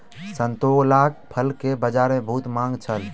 संतोलाक फल के बजार में बहुत मांग छल